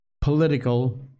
political